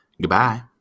Goodbye